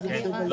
כן.